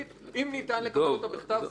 אם ניתן לקבל אותה בכתב זה בסדר.